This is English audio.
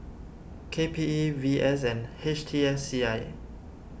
K P E V S and H T S C I